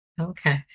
Okay